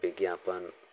विज्ञापन